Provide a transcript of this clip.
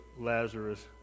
Lazarus